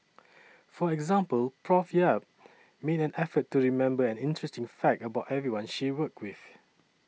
for example Prof Yap made an effort to remember an interesting fact about everyone she worked with